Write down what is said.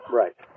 right